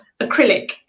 acrylic